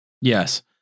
Yes